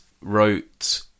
wrote